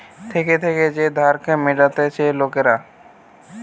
থেকে থেকে যে ধারকে মিটতিছে লোকরা